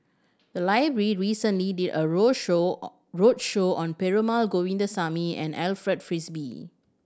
the library recently did a roadshow roadshow on Perumal Govindaswamy and Alfred Frisby